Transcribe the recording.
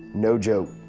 no joke,